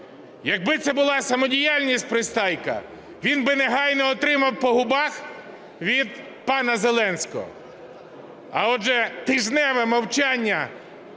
Як би це була самодіяльність Пристайка, він би негайно отримав по губах він пана Зеленського. А отже, тижневе мовчання